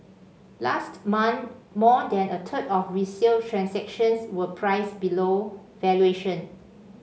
last month more than a third of resale transactions were priced below valuation